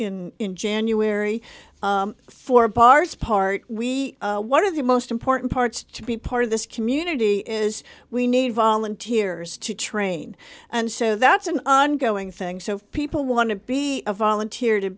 and in january four bars part we one of the most important parts to be part of this community is we need volunteers to train and so that's an ongoing thing so people want to be a volunteer to